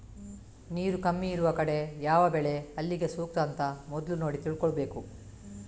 ನೀರು ಕಮ್ಮಿ ಇರುವ ಕಡೆ ಯಾವ ಬೆಳೆ ಅಲ್ಲಿಗೆ ಸೂಕ್ತ ಅಂತ ಮೊದ್ಲು ನೋಡಿ ತಿಳ್ಕೋಬೇಕು